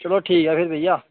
चलो ठीक ऐ फेर भेइया